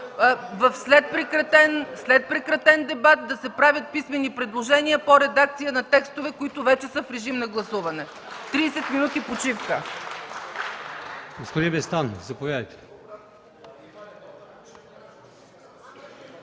след прекратен дебат да се правят писмени предложения по редакция на текстове, които вече са в режим на гласуване. (Ръкопляскания